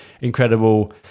incredible